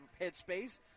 headspace